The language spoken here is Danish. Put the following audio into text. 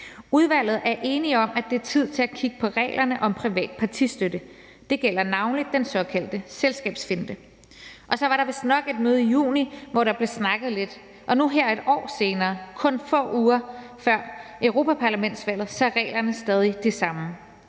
»Udvalget er enigt om, at det er tid til at kigge på reglerne om privat partistøtte. Det gælder navnlig den såkaldte selskabsfinte.« Så var der vistnok et møde i juni måned, hvor der blev snakket lidt, og nu, her et år senere, kun få uger før europaparlamentsvalget, er reglerne stadig de samme,